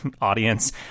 audience